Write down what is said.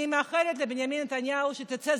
אני מאחלת לבנימין נתניהו שיצא זכאי.